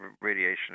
radiation